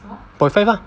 point five lah